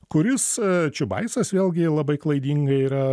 kuris čiubaisas vėlgi labai klaidingai yra